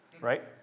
Right